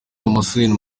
damascene